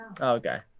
Okay